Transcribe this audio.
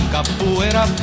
Capoeira